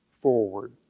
forward